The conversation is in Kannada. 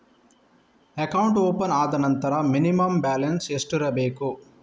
ಅಕೌಂಟ್ ಓಪನ್ ಆದ ನಂತರ ಮಿನಿಮಂ ಬ್ಯಾಲೆನ್ಸ್ ಎಷ್ಟಿರಬೇಕು?